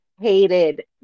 hated